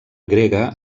grega